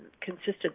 consistent